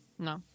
No